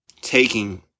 taking